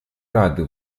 рады